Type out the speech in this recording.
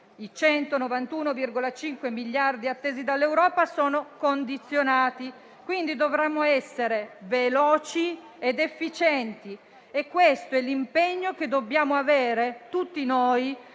i 191,5 miliardi attesi dall'Europa sono condizionati, quindi dovremo essere veloci ed efficienti e questo è l'impegno che tutti noi